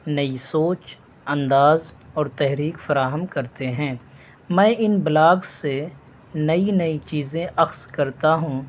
نئی سوچ انداز اور تحریک فراہم کرتے ہیں میں ان بلاگز سے نئی نئی چیزیں اخذ کرتا ہوں